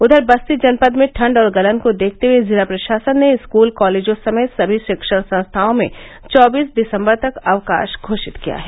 उधर बस्ती जनपद में ठंड और गलन को देखते हुए जिला प्रशासन ने स्कूल कॉलेजों समेत सभी रिक्षण संस्थाओं में चौबीस दिसम्बर तक अवकाश घोषित किया है